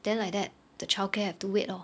then like that the child care have to wait lor